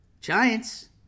Giants